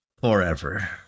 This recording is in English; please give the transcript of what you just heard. Forever